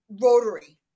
rotary